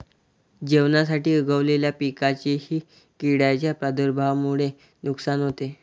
जेवणासाठी उगवलेल्या पिकांचेही किडींच्या प्रादुर्भावामुळे नुकसान होते